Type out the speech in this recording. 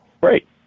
Great